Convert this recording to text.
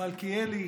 מלכיאלי.